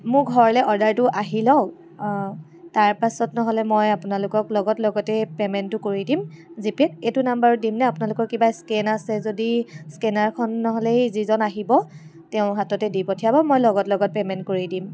মোৰ ঘৰলৈ অৰ্ডাৰটো আহি লওক অ' তাৰপাছত নহ'লে মই আপোনালোকক লগত লগতে পে'মেণ্টটো কৰি দিম জিপে'ত এইটো নম্বৰতে দিম নে আপোনালোকৰ কিবা স্কেন আছে যদি স্কেনাৰখন নহ'লে সেই যিজন আহিব তেওঁৰ হাতেতে দি পঠিয়াব মই লগত লগত পে'মেণ্ট কৰি দিম